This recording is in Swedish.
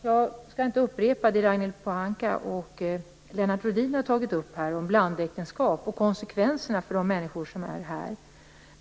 Jag skall inte upprepa det som Ragnhild Pohanka och Lennart Rohdin har tagit upp här om blandäktenskap och konsekvenserna för de människor som är här.